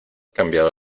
cambiado